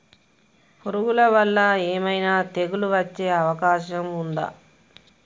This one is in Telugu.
పురుగుల వల్ల ఏమైనా తెగులు వచ్చే అవకాశం ఉందా?